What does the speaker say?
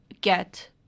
get